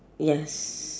yes